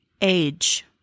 Age